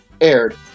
aired